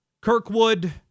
Kirkwood